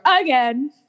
again